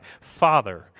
Father